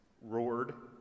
roared